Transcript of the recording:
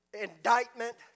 indictment